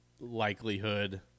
likelihood